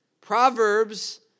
Proverbs